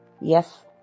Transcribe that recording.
Yes